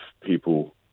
people